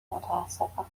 متاسفم